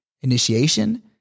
Initiation